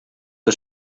que